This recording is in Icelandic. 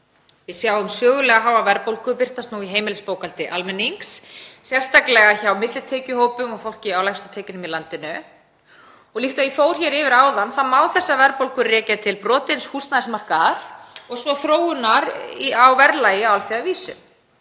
Við sjáum sögulega háa verðbólgu birtast í heimilisbókhaldi almennings, sérstaklega hjá millitekjuhópum og fólki á lægstu tekjunum í landinu. Líkt og ég fór yfir áðan má rekja þessa verðbólgu til brotins húsnæðismarkaðar og svo þróunar á verðlagi á alþjóðavísu.